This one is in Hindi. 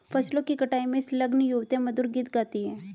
फसलों की कटाई में संलग्न युवतियाँ मधुर गीत गाती हैं